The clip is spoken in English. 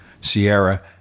sierra